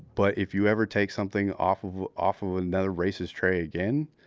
but if you ever take something off of off of another race's tray again,